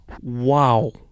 wow